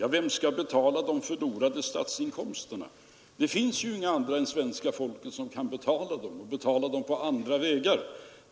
Vem skall betala de förlorade statsinkomsterna? Det finns ju inga andra än svenska folket som kan betala dem och göra det på andra vägar.